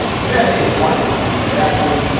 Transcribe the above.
today, his wife, kim cardassian,